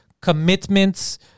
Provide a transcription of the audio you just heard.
commitments